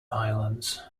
islands